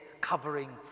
covering